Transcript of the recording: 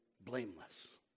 blameless